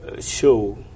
show